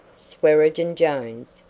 swearengen jones,